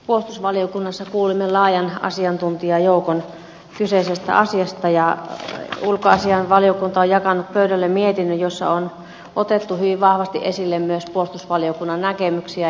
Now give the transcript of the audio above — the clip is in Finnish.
puolustusvaliokunnassa kuulimme laajan asiantuntijajoukon kyseisestä asiasta ja ulkoasiainvaliokunta on jakanut pöydälle mietinnön jossa on otettu hyvin vahvasti esille myös puolustusvaliokunnan näkemyksiä